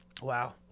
Wow